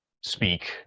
speak